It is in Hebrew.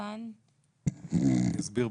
מכיוון --- אני אסביר.